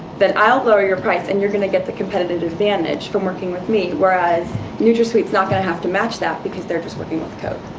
then i'll lower your price. and you're going to get the competitive advantage from working with me, whereas nutrasweet's not going to have to match that because they're just working with coke.